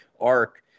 arc